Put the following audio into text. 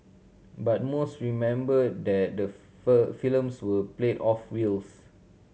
but most remember that the films were played off reels